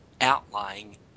outlying